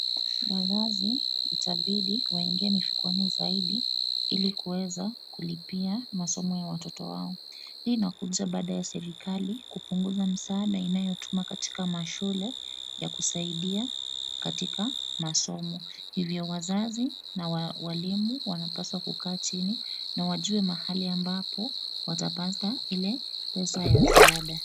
Wazazi itabidi waingie mifukoni zaidi, ili kuweza kulipia masomo ya watoto wao. Hii inakuja baada ya serikali kupunguza msaada inayotuma katika mashule, ya kusaidia katika masomo. Hivyo wazazi na walimu wanapaswa kukaa chini na wajue mahali ambapo watapata ile pesa ya ziada.